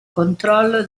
controllo